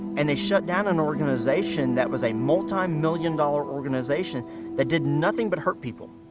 and they shut down an organization that was a multimillion dollar organization that did nothing but hurt people.